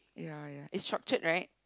ya ya it's structured right